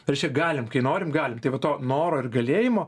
tai reiškia galim kai norim galim to noro ir galėjimo